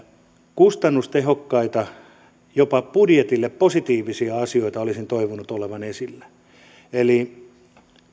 kustannustehokkaita jopa budjetille positiivisia asioita niitä olisin toivonut olevan esillä eli